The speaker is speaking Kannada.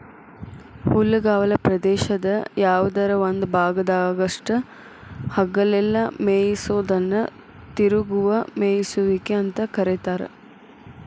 ಹುಲ್ಲುಗಾವಲ ಪ್ರದೇಶದ ಯಾವದರ ಒಂದ ಭಾಗದಾಗಷ್ಟ ಹಗಲೆಲ್ಲ ಮೇಯಿಸೋದನ್ನ ತಿರುಗುವ ಮೇಯಿಸುವಿಕೆ ಅಂತ ಕರೇತಾರ